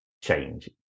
change